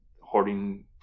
hoarding